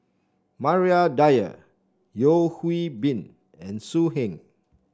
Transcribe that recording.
Maria Dyer Yeo Hwee Bin and So Heng